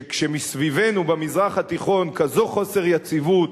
כשמסביבנו במזרח התיכון כזה חוסר יציבות,